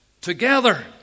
Together